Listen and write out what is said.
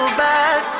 back